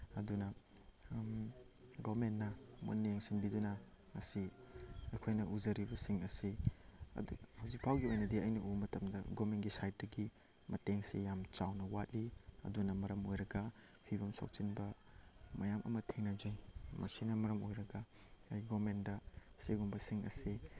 ꯑꯗꯨꯅ ꯒꯣꯔꯃꯦꯟꯅ ꯃꯨꯟꯅ ꯌꯦꯡꯁꯤꯟꯕꯤꯗꯨꯅ ꯉꯁꯤ ꯑꯩꯈꯣꯏꯅ ꯎꯖꯔꯤꯕꯁꯤꯡ ꯑꯁꯤ ꯑꯗꯨ ꯍꯧꯖꯤꯛꯀꯥꯟꯒꯤ ꯑꯣꯏꯅꯗꯤ ꯑꯩꯅ ꯎꯕ ꯃꯇꯝꯗ ꯒꯣꯔꯃꯦꯟꯒꯤ ꯁꯥꯏꯠꯇꯒꯤ ꯃꯇꯦꯡꯁꯤ ꯌꯥꯝ ꯆꯥꯎꯅ ꯋꯥꯠꯂꯤ ꯑꯗꯨꯅ ꯃꯔꯝ ꯑꯣꯏꯔꯒ ꯐꯤꯕꯝ ꯁꯣꯛꯆꯤꯟꯕ ꯃꯌꯥꯝ ꯑꯃ ꯊꯦꯡꯅꯖꯩ ꯃꯁꯤꯅ ꯃꯔꯝ ꯑꯣꯏꯔꯒ ꯑꯩ ꯒꯣꯔꯃꯦꯟꯗ ꯑꯁꯤꯒꯨꯝꯕꯁꯤꯡ ꯑꯁꯤ